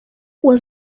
was